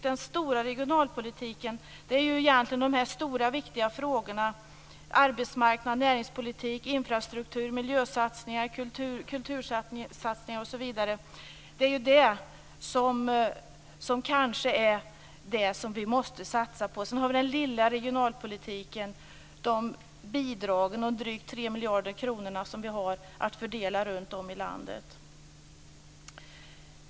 Den stora regionalpolitiken består av de stora och viktiga frågorna om arbetsmarknad, näringspolitik, infrastruktur, miljösatsningar, kultursatsningar osv. Det är kanske detta som vi måste satsa på. För den lilla regionalpolitiken har vi bidrag om drygt 3 miljarder kronor att fördela runtom i landet.